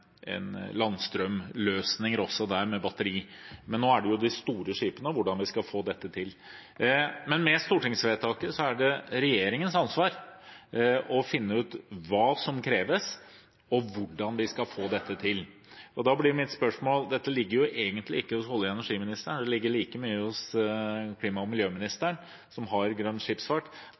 landstrømløsninger der, med batteri. Men nå handler det om de store skipene og hvordan vi skal få dette til. Med stortingsvedtaket er det regjeringens ansvar å finne ut hva som kreves, og hvordan vi skal få dette til. Da blir mitt spørsmål: Dette ligger egentlig ikke hos olje- og energiministeren, det ligger like mye hos klima- og miljøministeren, som har grønn skipsfart.